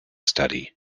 study